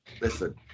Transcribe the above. listen